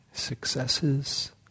successes